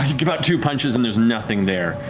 give out two punches and there's nothing there.